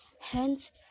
Hence